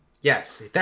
Yes